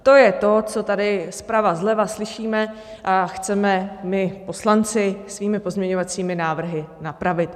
To je to, co tady zprava, zleva slyšíme a chceme my poslanci svými pozměňovacími návrhy napravit.